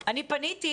אני פניתי,